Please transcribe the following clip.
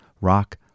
rock